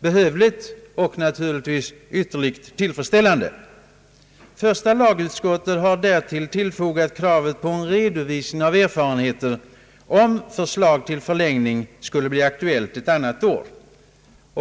behövligt och naturligtvis tillfredsställande. Första lagutskottet har därtill fogat kravet på en redovisning av erfarenheterna, om förslag till förlängning skulle bli aktuellt ett annat år.